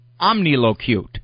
Omnilocute